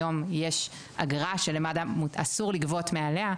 היום יש אגרה שלמד"א אסור לגבות מעליה.